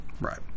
Right